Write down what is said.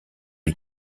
les